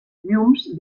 llums